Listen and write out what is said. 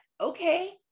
okay